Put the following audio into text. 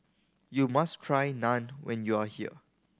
you must try Naan when you are here